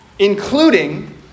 including